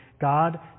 God